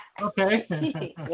Okay